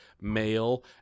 male